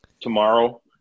tomorrow